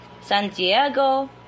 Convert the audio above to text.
Santiago